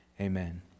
Amen